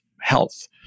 health